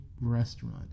Restaurant